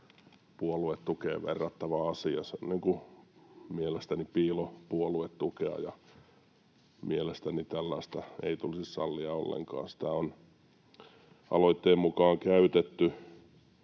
puoluetukeen verrattava asia. Se on mielestäni niin kuin piilopuoluetukea, ja mielestäni tällaista ei tulisi sallia ollenkaan. Sitä on aloitteen mukaan käytetty